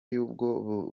y’ubwo